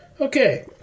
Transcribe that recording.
Okay